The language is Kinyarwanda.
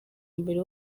mbere